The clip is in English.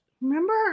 Remember